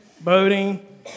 boating